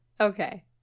Okay